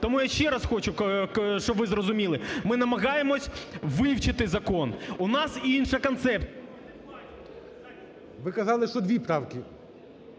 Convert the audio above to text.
Тому я ще раз хочу, щоб ви зрозуміли, ми намагаємось вивчити закон. У нас інша концепція… ГОЛОВУЮЧИЙ. Ви казали, що дві правки.